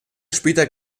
später